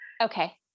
Okay